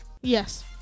yes